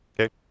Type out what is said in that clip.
Okay